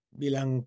bilang